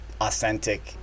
authentic